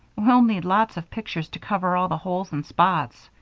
we'll need lots of pictures to cover all the holes and spots.